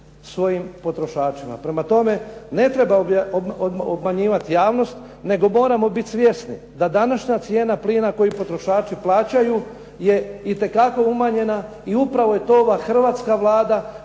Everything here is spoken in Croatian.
svojim potrošačima. Prema tome, ne treba obmanjivati javnost nego moramo biti svjesni da današnja cijena plina koju potrošači plaćaju je itekako umanjena i upravo je to ova hrvatska Vlada